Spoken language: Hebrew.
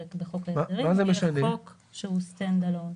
משווי השימוש ומתייחסים כמו להחזר הוצאות.